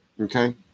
okay